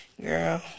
Girl